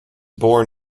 born